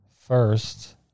First